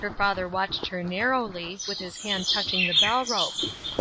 her father watched her narrowly, with his hand touching the bell-rope